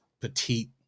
petite